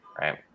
right